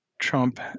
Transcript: Trump